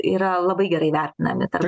yra labai gerai vertinami tarp